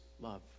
love